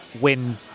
win